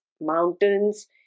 mountains